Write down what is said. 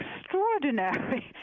extraordinary